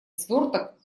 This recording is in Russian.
сверток